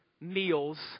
meals